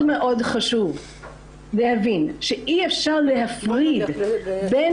מאוד מאוד חשוב להבין שאי אפשר להפריד בין